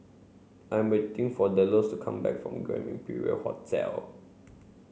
I'm waiting for Delos to come back from Grand Imperial Hotel